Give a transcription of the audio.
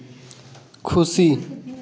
ᱠᱷᱩᱥᱤ